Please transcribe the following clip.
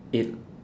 it